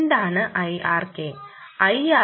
എന്താണ് IRK